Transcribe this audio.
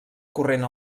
corrent